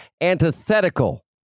antithetical